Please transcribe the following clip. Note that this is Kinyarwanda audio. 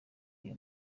iyo